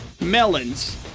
melons